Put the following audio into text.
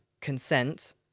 consent